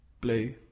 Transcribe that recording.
Blue